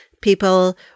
people